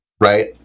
right